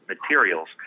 materials